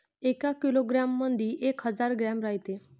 एका किलोग्रॅम मंधी एक हजार ग्रॅम रायते